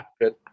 good